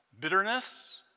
Bitterness